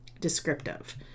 descriptive